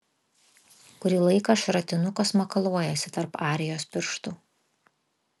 kurį laiką šratinukas makaluojasi tarp arijos pirštų